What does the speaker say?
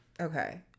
Okay